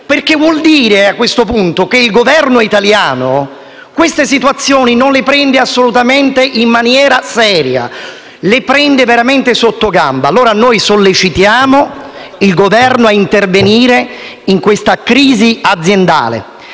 perché vuol dire, a questo punto, che il Governo italiano queste situazioni non le prende assolutamente in maniera seria, le prende veramente sottogamba. Sollecitiamo allora il Governo a intervenire in questa crisi aziendale